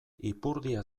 ipurdia